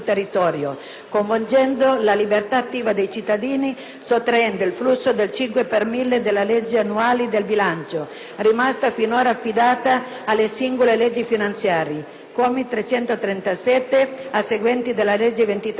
sottraendo il flusso del 5 per mille delle leggi annuali di bilancio (rimasta finora affidata alle singole leggi finanziarie: commi 337 e seguenti della legge 23 dicembre 2005, n. 266